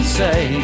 say